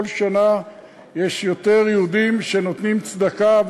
כל שנה יש יותר יהודים שנותנים צדקה,